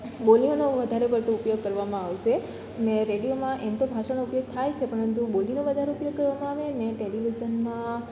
બોલીઓનો વધારે પડતો ઉપયોગ કરવામાં આવશે અને રેેડિયોમાં એમ તો ભાષાનો ઉપયોગ થાય છે પરંતુ બોલીનો વધારે ઉપયોગ કરવામાં આવે ને ટેલિવિઝનમાં